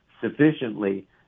sufficiently